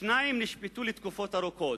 שניים נשפטו לתקופות ארוכות.